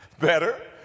Better